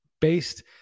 based